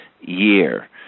year